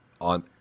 on